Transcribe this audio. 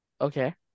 Okay